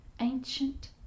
ancient